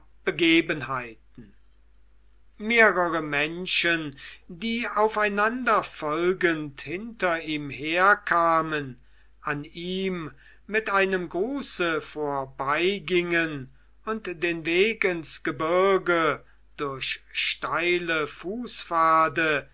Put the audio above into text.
begebenheiten mehrere menschen die aufeinander folgend hinter ihm herkamen an ihm mit einem gruße vorbeigingen und den weg ins gebirge durch steile fußpfade